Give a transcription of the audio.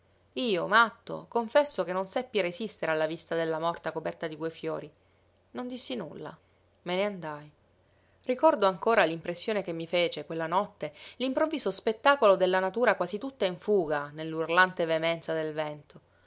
io matto confesso che non seppi resistere alla vista della morta coperta di quei fiori non dissi nulla me ne andai ricordo ancora l'impressione che mi fece quella notte l'improvviso spettacolo della natura quasi tutta in fuga nell'urlante veemenza del vento